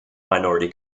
minority